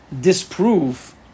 disprove